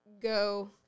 go